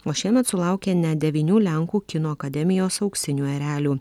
o šiemet sulaukė net devynių lenkų kino akademijos auksinių erelių